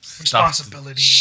Responsibility